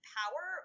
power